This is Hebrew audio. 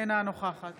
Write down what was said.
אינה נוכחת